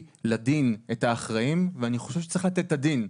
לדיון את האחראים ואני חושב שצריך לתת פה את הדין.